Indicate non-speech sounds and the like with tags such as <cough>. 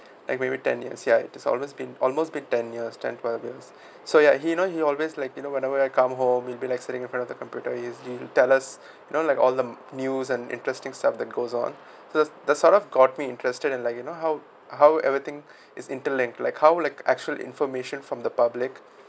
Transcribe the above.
like maybe ten years ya it's always been almost been ten years ten twelve of years <breath> so ya he knows he always like you know whenever I come home and maybe like sitting in front of the computer he didn't tell us <breath> you know like all the news and interesting stuff that goes on so the the sort of got me interested in like you know how how everything <breath> is interlinked like how like actual information from the public